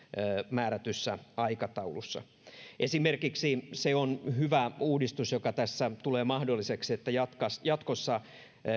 määrätyssä aikataulussa esimerkiksi se on hyvä uudistus joka tässä tulee mahdolliseksi että jatkossa